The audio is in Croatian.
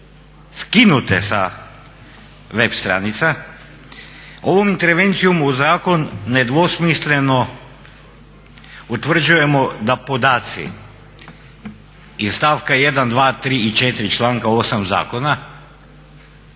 skinute sa web stranica ovom intervencijom u zakon nedvosmisleno utvrđujemo da podaci iz stavka 1., 2., 3. i 4. članka 8. zakona